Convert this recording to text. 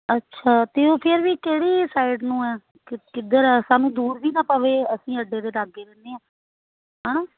ਅੱਛਾ ਅਤੇ ਉਹ ਫਿਰ ਵੀ ਕਿਹੜੀ ਸਾਈਡ ਨੂੰ ਆ ਕ ਕਿੱਧਰ ਆ ਸਾਨੂੰ ਦੂਰ ਵੀ ਨਾ ਪਵੇ ਅਸੀਂ ਅੱਡੇ ਦੇ ਲਾਗੇ ਰਹਿੰਦੇ ਹਾਂ ਹੈ ਨਾ